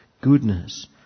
goodness